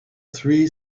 three